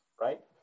right